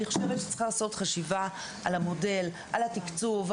אני חושבת שצריך לעשות חשיבה על המודל ועל התקצוב.